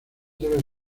debe